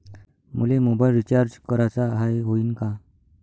मले mobile recharge कराचा हाय, होईनं का?